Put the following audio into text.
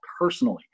personally